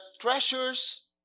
treasures